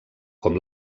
com